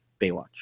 Baywatch